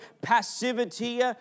passivity